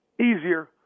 easier